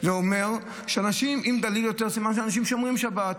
זה אומר שאם דליל יותר, סימן שאנשים שומרים שבת.